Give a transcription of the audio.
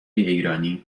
ایرانی